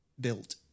built